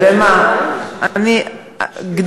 אתה יודע מה, תשקלו.